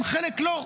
בחלק לא.